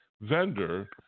vendor